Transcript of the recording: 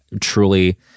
truly